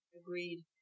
Agreed